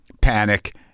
panic